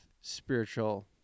spiritual